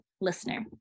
listener